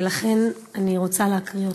ולכן אני רוצה להקריא אותה: